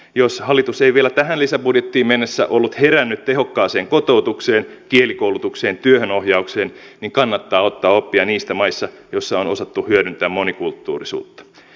jos hallitus ei vielä tähän lisäbudjettiin mennessä ollut herännyt tehokkaaseen kotoutukseen kielikoulutukseen työhönohjaukseen niin kannattaa ottaa oppia niistä maista joissa on osattu hyödyntää monikulttuurisuutta